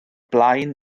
blaen